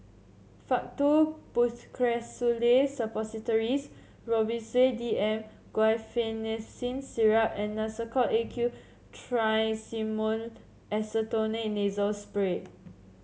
Faktu Policresulen Suppositories Robitussin D M Guaiphenesin Syrup and Nasacort A Q Triamcinolone Acetonide Nasal Spray